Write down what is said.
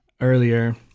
Earlier